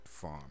farm